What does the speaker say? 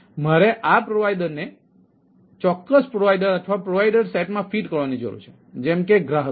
મારે આ પ્રોવાઇડરને ચોક્કસ પ્રોવાઇડર અથવા પ્રોવાઇડર સેટ માં ફિટ કરવાની જરૂર છે જેમ કે ગ્રાહક માટે